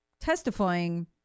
testifying